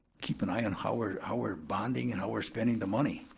keep an eye on how we're how we're bonding and how we're spending the money.